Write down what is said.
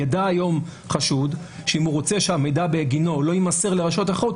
ידע היום חשוד שאם הוא רוצה שהמידע בגינו לא יימסר לרשויות אחרות,